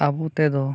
ᱟᱵᱚ ᱛᱮᱫᱚ